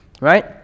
right